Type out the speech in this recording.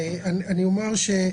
להמשיך.